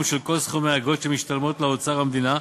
של כל סכומי האגרות שמשתלמות לאוצר המדינה,